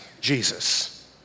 Jesus